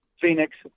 Phoenix